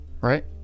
Right